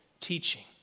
teaching